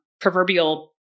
proverbial